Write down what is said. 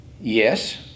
yes